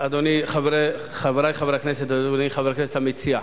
אדוני, חברי חברי הכנסת, אדוני חבר הכנסת המציע,